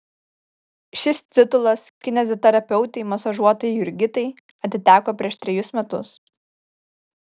šis titulas kineziterapeutei masažuotojai jurgitai atiteko prieš trejus metus